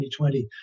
2020